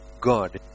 God